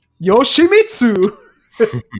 Yoshimitsu